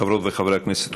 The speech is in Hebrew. חברות וחברי הכנסת,